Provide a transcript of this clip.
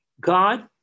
God